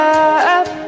up